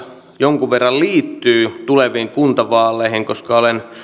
jonkun verran liittyy tuleviin kuntavaaleihin koska